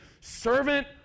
servant